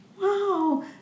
wow